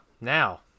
now